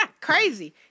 Crazy